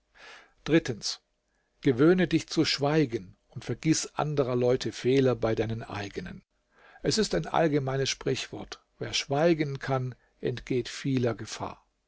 drittens gewöhne dich zu schweigen und vergiß anderer leute fehler bei deinen eigenen es ist ein allgemeines sprichwort wer schweigen kann entgeht vieler gefahr